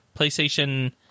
PlayStation